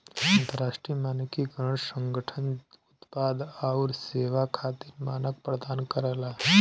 अंतरराष्ट्रीय मानकीकरण संगठन उत्पाद आउर सेवा खातिर मानक प्रदान करला